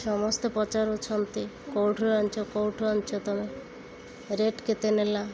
ସମସ୍ତେ ପଚାରୁଛନ୍ତି କେଉଁଠାରୁ ଆଣିଛ କେଉଁଠୁ ଆଣିଚ ତମେ ରେଟ୍ କେତେ ନେଲା